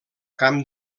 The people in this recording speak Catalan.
camp